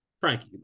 frankie